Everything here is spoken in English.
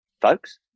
folks